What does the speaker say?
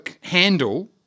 handle